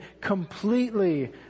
completely